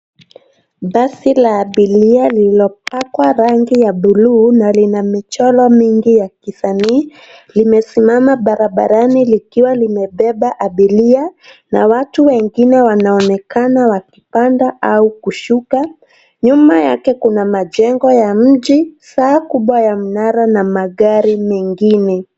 Basi la abiria lililopakwa rangi ya buluu na lina michoro mingi ya kisanii limesimama barabarani likiwa limebeba abiria na watu wengine wanaonekana wakipanda au kushuka. Nyuma yake kuna majnego ya mji, saa kubwa ya mnara na magari mengine.